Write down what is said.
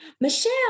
Michelle